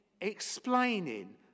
explaining